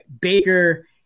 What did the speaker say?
Baker